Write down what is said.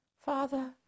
Father